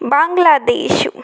Bangladesh